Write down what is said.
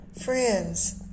friends